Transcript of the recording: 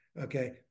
Okay